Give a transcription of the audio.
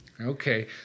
Okay